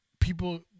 people